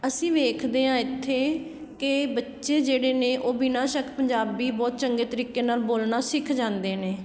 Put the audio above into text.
ਅਸੀਂ ਵੇਖਦੇ ਹਾਂ ਇੱਥੇ ਕਿ ਬੱਚੇ ਜਿਹੜੇ ਨੇ ਉਹ ਬਿਨਾਂ ਸ਼ੱਕ ਪੰਜਾਬੀ ਬਹੁਤ ਚੰਗੇ ਤਰੀਕੇ ਨਾਲ ਬੋਲਣਾ ਸਿੱਖ ਜਾਂਦੇ ਨੇ